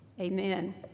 Amen